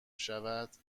شود